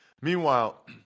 Meanwhile